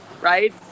right